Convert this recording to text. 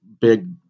big